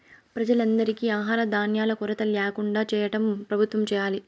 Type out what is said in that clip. ప్రజలందరికీ ఆహార ధాన్యాల కొరత ల్యాకుండా చేయటం ప్రభుత్వం చేయాలి